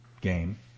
game